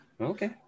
Okay